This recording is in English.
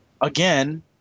again